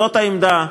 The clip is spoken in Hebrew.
זאת העמדה,